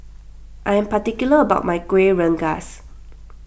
I am particular about my Kuih Rengas